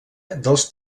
dels